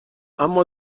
اما